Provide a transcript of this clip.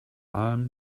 alm